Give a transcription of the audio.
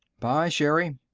bye, sherri.